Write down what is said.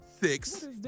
Six